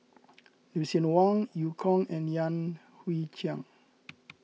Lucien Wang Eu Kong and Yan Hui Chang